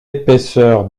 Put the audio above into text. épaisseur